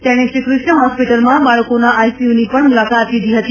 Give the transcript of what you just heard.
તેણે શ્રીકૃષ્ણ હોસ્પીટલમાં બાળકોના આઇસીયુની પણ મુલાકાત લીધી હતી